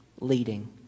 leading